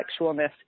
sexualness